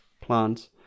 plants